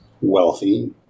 wealthy